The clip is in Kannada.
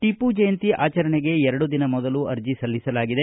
ಟಿಪ್ಪು ಜಯಂತಿ ಆಚರಣೆಗೆ ಎರಡು ದಿನ ಮೊದಲು ಅರ್ಜ ಸಲ್ಲಿಸಲಾಗಿದೆ